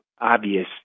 obvious